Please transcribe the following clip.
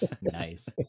Nice